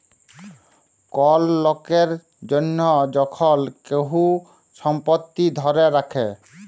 call লকের জনহ যখল কেহু সম্পত্তি ধ্যরে রাখে